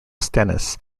stennis